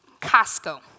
Costco